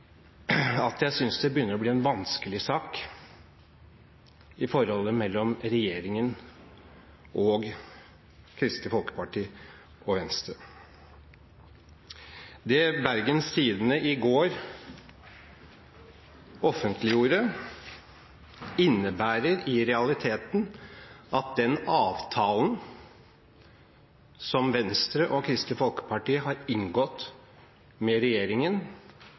bli en vanskelig sak i forholdet mellom regjeringen og Kristelig Folkeparti og Venstre. Det Bergens Tidende i går offentliggjorde, innebærer i realiteten at den avtalen som Venstre og Kristelig Folkeparti har inngått med regjeringen,